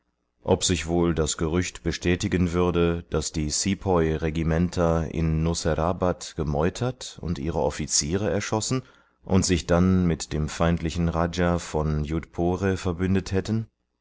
ob sich wohl das gerücht bestätigen würde daß die sepoy regimenter in nusserabad gemeutert und ihre offiziere erschossen und sich dann mit dem feindlichen raja von youdpore verbündet hätten